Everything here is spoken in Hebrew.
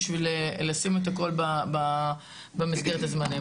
בשביל לשים את הכל במסגרת הזמנים.